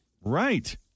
Right